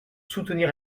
soutenir